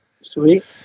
sweet